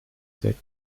sets